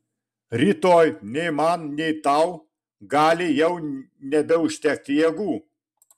rytoj nei man nei tau gali jau nebeužtekti jėgų